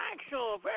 actual